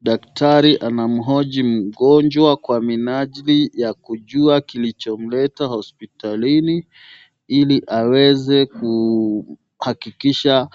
Daktari anamhoji mgonjwa kwa minajili ya kujua kilichomleta hospitalini ili aweze kuhakikisha